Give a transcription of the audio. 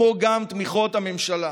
כמו גם תמיכות הממשלה.